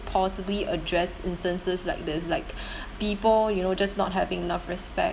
possibly address instances like this like people you know just not having enough respect